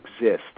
exist